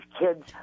kids